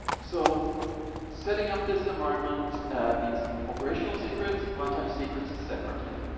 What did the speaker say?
so setting up this environment means operational secrets, runtime secrets separately.